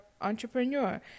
entrepreneur